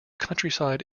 countryside